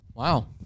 Wow